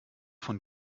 von